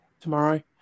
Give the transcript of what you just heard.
Tomorrow